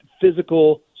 physical